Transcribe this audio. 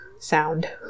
Sound